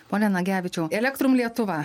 pone nagevičiau elektrum lietuva